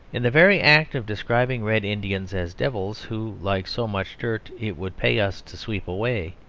in the very act of describing red indians as devils who, like so much dirt, it would pay us to sweep away,